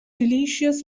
delicious